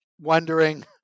wondering